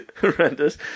horrendous